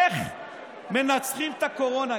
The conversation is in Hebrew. איך מנצחים את הקורונה.